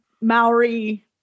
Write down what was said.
Maori